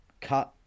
cut